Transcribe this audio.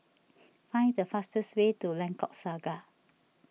find the fastest way to Lengkok Saga